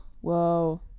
Whoa